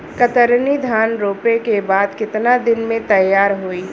कतरनी धान रोपे के बाद कितना दिन में तैयार होई?